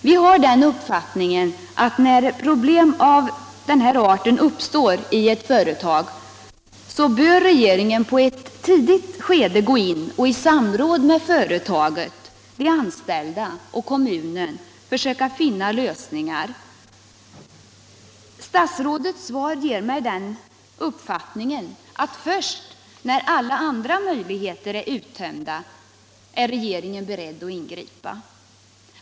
Vi har den uppfattningen att när problem av den här arten uppstår i ett företag, så bör regeringen på ett tidigt skede gå in och i samråd med företaget, de anställda och kommunen försöka finna lösningar. Statsrådets svar Nr 35 ger mig den uppfattningen att först när alla andra möjligheter är uttömda Tisdagen den är regeringen beredd att ingripa.